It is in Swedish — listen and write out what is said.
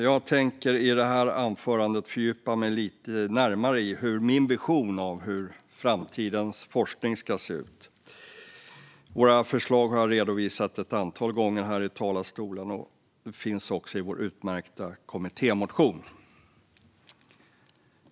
Jag tänker i detta anförande fördjupa mig lite närmare i min vision av hur framtidens forskning ska se ut. Våra förslag har jag redovisat ett antal gånger här i talarstolen, och de finns också i vår utmärkta kommittémotion.